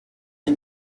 dix